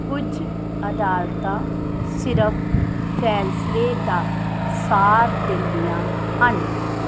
ਕੁਝ ਅਦਾਲਤਾਂ ਸਿਰਫ਼ ਫ਼ੈਸਲੇ ਦਾ ਸਾਰ ਦਿੰਦੀਆਂ ਹਨ